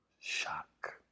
shock